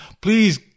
Please